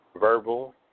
Verbal